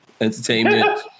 entertainment